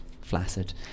Flaccid